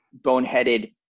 boneheaded